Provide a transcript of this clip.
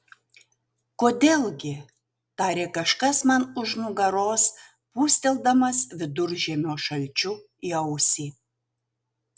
kodėl gi tarė kažkas man už nugaros pūsteldamas viduržiemio šalčiu į ausį